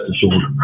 disorder